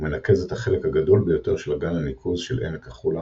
ומנקז את החלק הגדול ביותר של אגן הניקוז של עמק החולה,